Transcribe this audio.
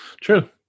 True